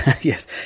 Yes